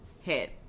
hit